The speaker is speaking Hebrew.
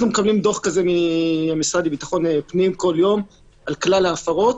אנחנו מקבלים דוח כזה מהמשרד לביטחון פנים כל יום על כלל ההפרות.